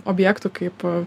objektų kaip